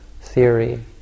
theory